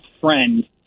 friend